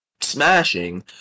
smashing